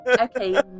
Okay